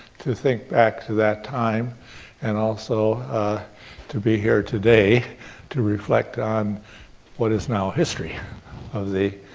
to think back to that time and also ah to be here today to reflect what is now history of the,